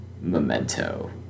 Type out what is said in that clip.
memento